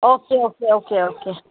okay okay okay okay